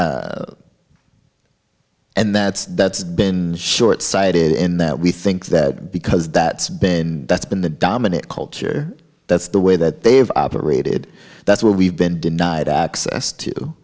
and that's that's been shortsighted in that we think that because that been that's been the dominant culture that's the way that they've operated that's what we've been denied access to